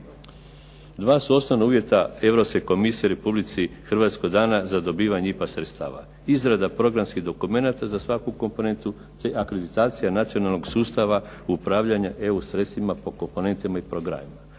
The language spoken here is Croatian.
Dva su osnovna uvjeta Europske komisije Republici Hrvatskoj dana za dobivanje IPA sredstava. Izrada programskih dokumenata za svaku komponentu te akreditacija nacionalnog sustava upravljanja EU sredstvima po komponentama i programima